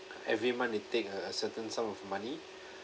every month they take a certain sum of money